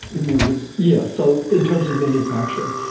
give me a list. yeah so in terms of manufacturing,